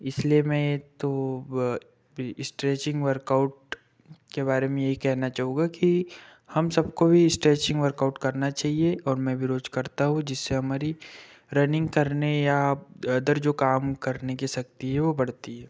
इसलिए मैं तो स्ट्रैचिंग वर्कआउट के बारे में यही कहना चाहूँगा कि हम सबको भी स्ट्रैचिंग वर्कआउट करना चाहिए और मैं भी रोज करता हूँ जिससे हमारी रनिंग करने या अदर जो काम करने की शक्ति है वो बढ़ती है